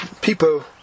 people